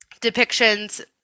depictions